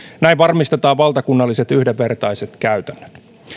näin varmistetaan valtakunnalliset yhdenvertaiset käytännöt